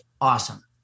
awesome